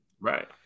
Right